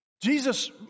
Jesus